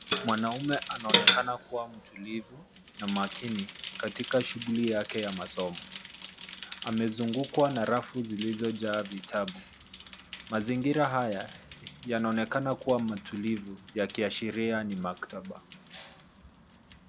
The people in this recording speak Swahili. Mwanaume anaonekana kuwa mtulivu, na makini, katika shughuli yake ya masomo. Amezungukwa na rafu zilizojaa vitabu. Mazingira haya, yanaonekana kuwa matulivu, yakiashiria ni maktaba.